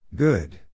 Good